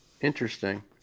interesting